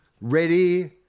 Ready